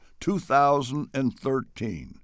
2013